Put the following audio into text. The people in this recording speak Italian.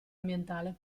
ambientale